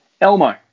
Elmo